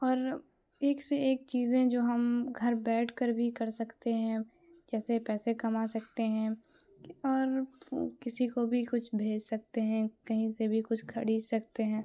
اور ایک سے ایک چیزیں جو ہم گھر بیٹھ کر بھی کر سکتے ہیں جیسے پیسے کما سکتے ہیں اور کسی کو بھی کچھ بھیج سکتے ہیں کہیں سے بھی کچھ خرید سکتے ہیں